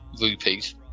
rupees